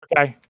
Okay